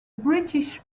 british